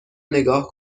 نگاه